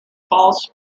false